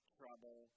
trouble